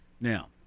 Now